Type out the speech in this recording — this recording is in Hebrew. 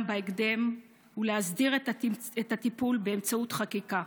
בהקדם ולהסדיר את הטיפול באמצעות חקיקה,